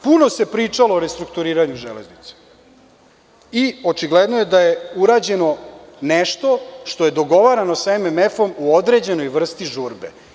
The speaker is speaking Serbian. Puno se o tome pričalo, o restrukturiranju Železnice i očigledno je da je urađeno nešto što je dogovoreno sa MMF, u određenoj vrsti žurbe.